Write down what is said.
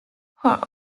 her